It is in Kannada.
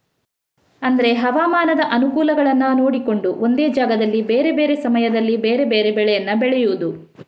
ಅಂದ್ರೆ ಹವಾಮಾನದ ಅನುಕೂಲಗಳನ್ನ ನೋಡಿಕೊಂಡು ಒಂದೇ ಜಾಗದಲ್ಲಿ ಬೇರೆ ಬೇರೆ ಸಮಯದಲ್ಲಿ ಬೇರೆ ಬೇರೆ ಬೆಳೇನ ಬೆಳೆಯುದು